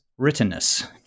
writtenness